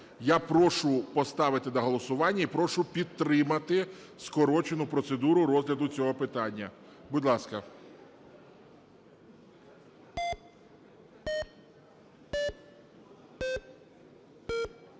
Я прошу поставити на голосування і прошу підтримати скорочену процедуру розгляду цього питання. Будь ласка.